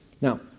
Now